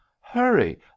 hurry